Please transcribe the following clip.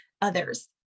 others